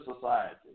society